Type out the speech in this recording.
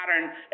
pattern